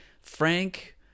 Frank